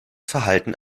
verhalten